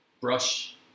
brush